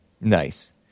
Nice